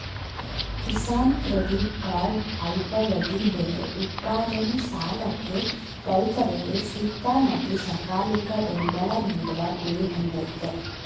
Kisan credit card ಅಲ್ಪಾವಧಿ ಬೆಳೆ ಉತ್ಪಾದನೆ ಸಾಲಕ್ಕೆ ರೈತರಿಗೆ ಸೂಕ್ತ ಮತ್ತು ಸಕಾಲಿಕ ಬೆಂಬಲ ನೀಡುವ ಗುರಿ ಹೊಂದಯ್ತೆ